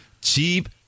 Cheap